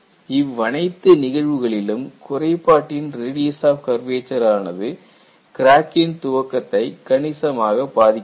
இவ்வனைத்து நிகழ்வுகளிலும் குறைபாட்டின் radius of curvature ஆனது கிராக்கின் துவக்கத்தை கணிசமாக பாதிக்கிறது